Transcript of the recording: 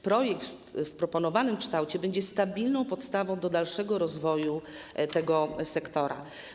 Projekt w proponowanym kształcie będzie stabilną podstawą do dalszego rozwoju tego sektora.